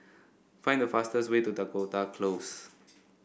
find the fastest way to Dakota Close